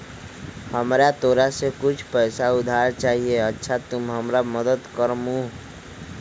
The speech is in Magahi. हमरा तोरा से कुछ पैसा उधार चहिए, अच्छा तूम हमरा मदद कर मूह?